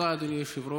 תודה, אדוני היושב-ראש.